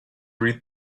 read